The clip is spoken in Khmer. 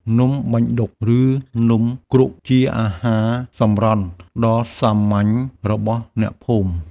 នំបាញ់ឌុក ឬនំគ្រក់ ជាអាហារសម្រន់ដ៏សាមញ្ញរបស់អ្នកភូមិ។